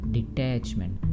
Detachment